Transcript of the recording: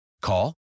Call